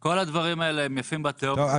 כל הדברים האלה הם יפים בתיאוריה.